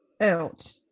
out